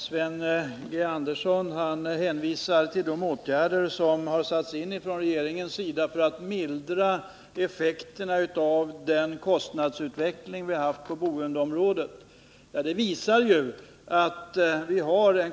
Fru talman! Sven Andersson hänvisar till de åtgärder som har satts in från regeringens sida för att mildra effekterna av den kostnadsutveckling som vi har haft på boendeområdet.